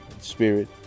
spirit